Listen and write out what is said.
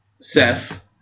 Seth